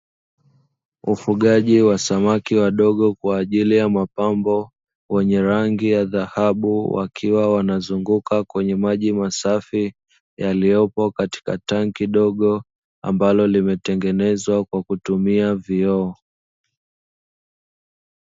Ufugaji wa samaki wadogo kwa ajili ya mapambo, wenye rangi ya dhahabu, wakiwa wanazunguka kwenye maji masafi, yaliopo katika tanki dogo ambalo limetengenezwa kwa kutumia vioo.